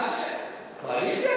קואליציה?